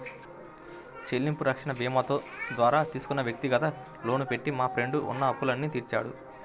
చెల్లింపు రక్షణ భీమాతో ద్వారా తీసుకున్న వ్యక్తిగత లోను పెట్టి మా ఫ్రెండు ఉన్న అప్పులన్నీ తీర్చాడు